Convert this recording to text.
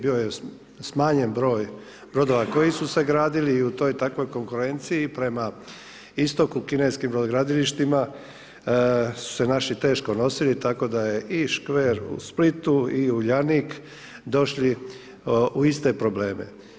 Bio je smanjen broj brodova koji su se gradili i u toj i takvoj konkurenciji prema istoku kineskim brodogradilištima su se naši teško nosili tako da je i škver u Splitu i Uljanik došli u iste probleme.